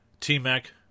T-Mac